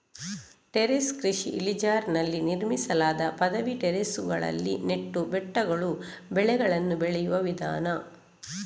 terrace ಕೃಷಿ ಇಳಿಜಾರಿನಲ್ಲಿ ನಿರ್ಮಿಸಲಾದ ಪದವಿ ಟೆರೇಸುಗಳಲ್ಲಿ ನೆಟ್ಟು ಬೆಟ್ಟಗಳು ಬೆಳೆಗಳನ್ನು ಬೆಳೆಯುವ ವಿಧಾನ